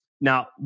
Now